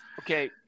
Okay